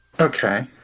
Okay